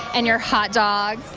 and, your hot dogs.